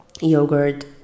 yogurt